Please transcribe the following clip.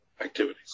activities